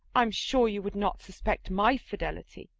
i'm sure you would not suspect my fidelity.